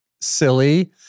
Silly